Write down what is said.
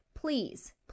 please